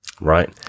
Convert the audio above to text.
Right